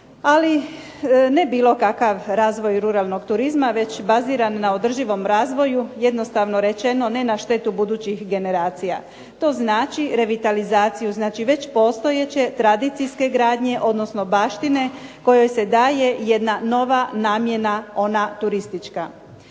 Ali ne bilo kakav razvoj ruralnog turizma, već baziran na održivom razvoju jednostavno rečeno ne na štetu budućih generacija. To znači revitalizaciju, znači već postojeće tradicijske gradnje, odnosno baštine kojoj se daje jedna nova namjena, ona turistička.